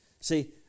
See